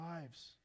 lives